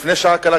לפני שעה קלה,